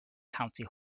county